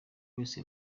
wese